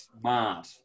Smart